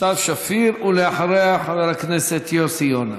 סתיו שפיר, ואחריה, חבר הכנסת יוסי יונה.